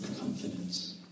confidence